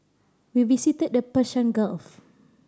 we visited the Persian Gulf